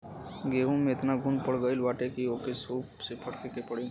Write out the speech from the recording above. गेंहू में एतना घुन पड़ गईल बाटे की ओके सूप से फटके के पड़ी